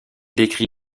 décrit